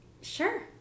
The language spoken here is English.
Sure